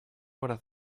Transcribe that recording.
would